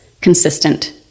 consistent